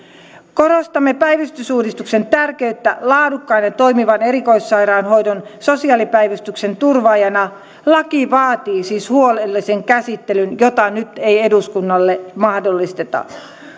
korostamme päivystysuudistuksen tärkeyttä laadukkaan ja toimivan erikoissairaanhoidon ja sosiaalipäivystyksen turvaajana laki vaatii siis huolellisen käsittelyn jota nyt ei eduskunnalle mahdollisteta